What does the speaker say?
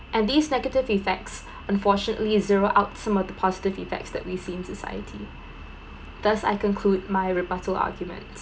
and these negative effects unfortunately zeroed out some of the positive effects that we see in society thus I conclude my rebuttal arguments